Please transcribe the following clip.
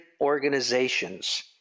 organizations